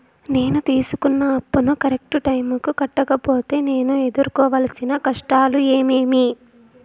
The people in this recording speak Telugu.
నేను తీసుకున్న అప్పును కరెక్టు టైముకి కట్టకపోతే నేను ఎదురుకోవాల్సిన కష్టాలు ఏమీమి?